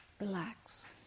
relax